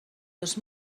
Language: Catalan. dos